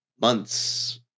months